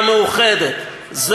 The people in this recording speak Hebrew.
את ירושלים המאוחדת.